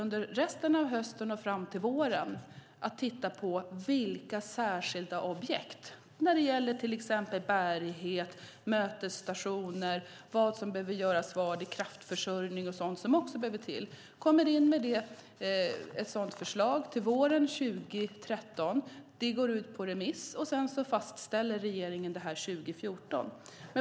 Under resten av hösten och fram till våren kommer Trafikverket att titta på särskilda objekt till exempel när det gäller bärighet, mötesstationer och vad som behöver göras var i fråga om kraftförsörjning och sådant som också behövs. Till våren 2013 kommer ett sådant förslag. Det går ut på remiss. Sedan fastställer regeringen det här 2014.